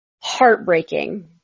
heartbreaking